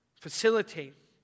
facilitate